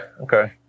okay